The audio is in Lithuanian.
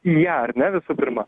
į ją ar ne visų pirma